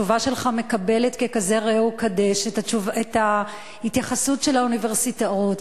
התשובה שלך מקבלת כ"כזה ראה וקדש" את ההתייחסות של האוניברסיטאות.